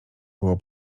było